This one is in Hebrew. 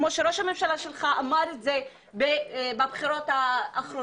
כמו שראש הממשלה שלך אמר את זה בבחירות האחרונות